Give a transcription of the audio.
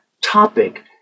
topic